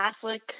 Catholic